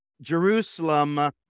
Jerusalem